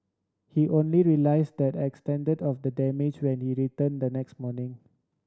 he only realised the extent of the damage when he returned the next morning